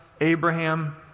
Abraham